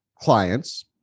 clients